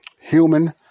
human